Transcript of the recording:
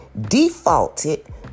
defaulted